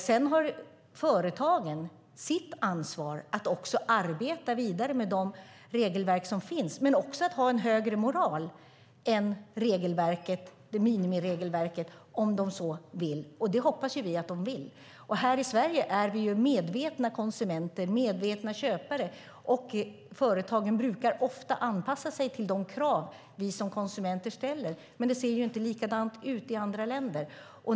Sedan har företagen sitt ansvar att arbeta vidare med de regelverk som finns, men också att ha en högre moral än minimiregelverket om de så vill - och det hoppas vi ju att de vill. Här i Sverige är vi medvetna konsumenter och medvetna köpare, och företagen brukar ofta anpassa sig till de krav vi som konsumenter ställer. Men det ser ju inte likadant ut i andra länder.